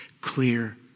clear